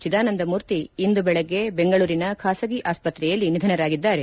ಚಿದಾನಂದ ಮೂರ್ತಿ ಇಂದು ಬೆಳಗ್ಗೆ ಬೆಂಗಳೂರಿನ ಖಾಸಗಿ ಆಸ್ತ್ರೆಯಲ್ಲಿ ನಿಧನರಾಗಿದ್ದಾರೆ